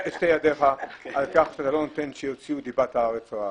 ידיך על-כך שאתה לא נותן שיוציאו דיבת הארץ רעה.